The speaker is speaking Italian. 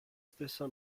stessa